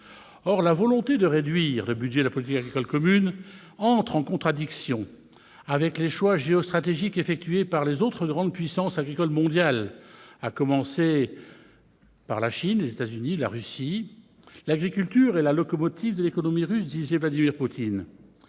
Or la volonté de réduire le budget de la politique agricole commune entre en contradiction avec les choix géostratégiques opérés par les autres grandes puissances agricoles mondiales, à commencer par la Chine, les États-Unis et la Russie. « L'agriculture est la locomotive de l'économie russe », a dit Vladimir Poutine.